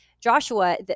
Joshua